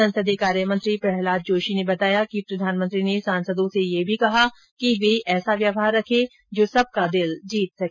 संसदीय कार्यमंत्री प्रह्लाद जोशी ने बताया कि प्रधानमंत्री ने सांसदों से यह भी कहा कि वे ऐसा व्यवहार रखें जो सबका दिल जीत सके